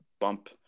bump